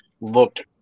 looked